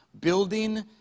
building